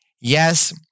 Yes